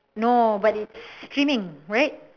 no but it's streaming right